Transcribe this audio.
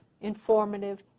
informative